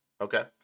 Okay